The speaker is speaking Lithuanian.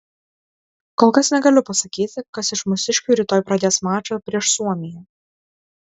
kol kas negaliu pasakyti kas iš mūsiškių rytoj pradės mačą prieš suomiją